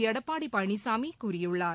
எடப்பாடிபழனிசாமிகூறியுள்ளார்